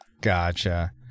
Gotcha